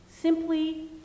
Simply